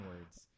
words